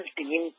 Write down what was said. team